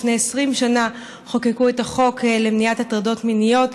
לפני 20 שנה חוקקו את החוק למניעת הטרדות מיניות,